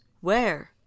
Where